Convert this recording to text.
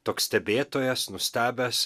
toks stebėtojas nustebęs